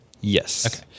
Yes